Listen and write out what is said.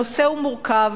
הנושא הוא מורכב,